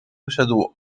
wyszedł